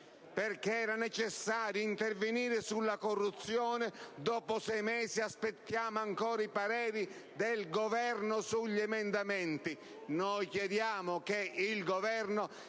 perché era necessario intervenire sulla corruzione, dopo sei mesi aspettiamo ancora i pareri del Governo sugli emendamenti. Noi chiediamo che il Governo